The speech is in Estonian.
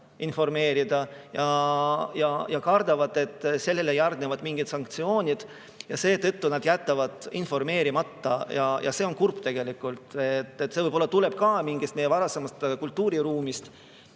informeerida, kardavad, et sellele järgnevad mingid sanktsioonid, ja seetõttu jätavad informeerimata. Ja see on kurb tegelikult. Võib-olla see tuleb ka mingist meie varasemast kultuuriruumist.